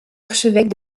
archevêque